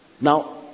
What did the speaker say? Now